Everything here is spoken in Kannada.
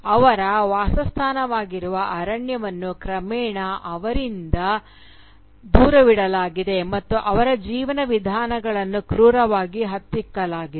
ಅವರ ವಾಸಸ್ಥಾನವಾಗಿರುವ ಅರಣ್ಯವನ್ನು ಕ್ರಮೇಣ ಅವರಿಂದ ದೂರವಿಡಲಾಗಿದೆ ಮತ್ತು ಅವರ ಜೀವನ ವಿಧಾನಗಳನ್ನು ಕ್ರೂರವಾಗಿ ಹತ್ತಿಕ್ಕಲಾಗಿದೆ